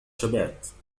شبعت